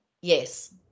Yes